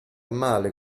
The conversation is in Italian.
male